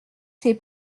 ses